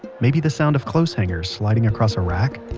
maybe the sound of clothes hangers sliding across a rack,